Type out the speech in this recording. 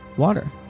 water